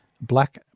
Black